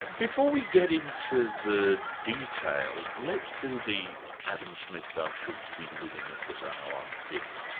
before we get into the detail, let's do the adam smith thou shouldst be living at this hour bit.